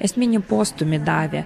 esminį postūmį davė